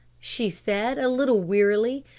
she said a little wearily.